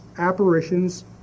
apparitions